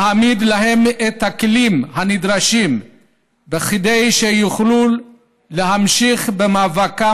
להעמיד להם את הכלים הנדרשים כדי שיוכלו להמשיך במאבקם,